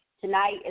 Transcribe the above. Tonight